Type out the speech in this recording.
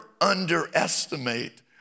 underestimate